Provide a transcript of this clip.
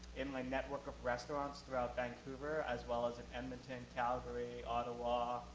in my network of restaurants throughout vancouver as well as in edmonton, calgary, ottawa,